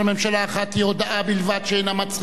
האחת היא הודעה בלבד שאינה מצריכה,